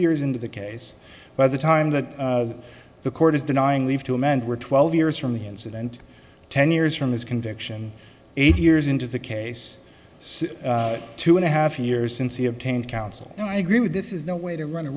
years into the case by the time that the court is denying we have to amend we're twelve years from the incident ten years from his conviction eight years into the case two and a half years since he obtained counsel and i agree with this is no way to run a